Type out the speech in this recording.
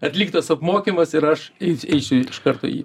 atliktas apmokymas ir aš ei eisiu į iš karto jį